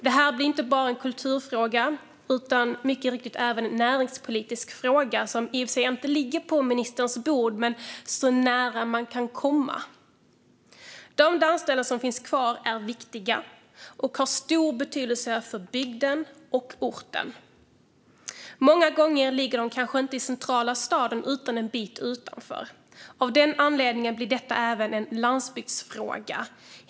Det här blir inte bara en kulturfråga utan mycket riktigt även en näringspolitisk fråga, som i och för sig inte ligger på kulturministerns bord men så nära man kan komma. De dansställen som finns kvar är viktiga och har stor betydelse för bygden och orten. Många gånger ligger de kanske inte i centrala staden utan en bit utanför. Av den anledningen blir detta även en landsbygdsfråga.